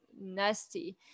nasty